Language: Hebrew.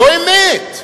לא אמת.